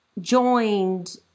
joined